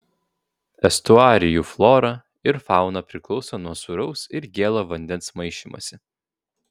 estuarijų flora ir fauna priklauso nuo sūraus ir gėlo vandens maišymosi